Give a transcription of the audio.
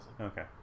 okay